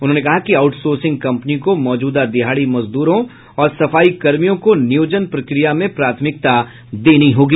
उन्होंने कहा कि आउटसोर्सिंग कम्पनी को मौजूदा दिहाड़ी मजदूरों और सफाई कर्मियों को नियोजन प्रक्रिया में प्राथमिकता देनी होगी